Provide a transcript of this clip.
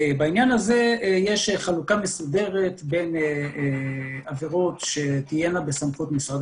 בעניין הזה יש חלוקה מסודרת בין עבירות שתהיינה בסמכות משרד